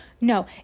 No